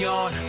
on